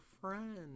friend